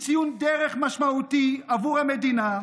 היא ציון דרך משמעותי עבור המדינה.